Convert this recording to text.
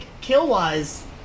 kill-wise